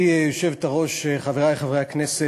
גברתי היושבת-ראש, חברי חברי הכנסת,